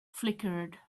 flickered